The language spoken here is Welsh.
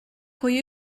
pwy